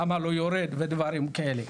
למה לא יורד ודברים כאלה.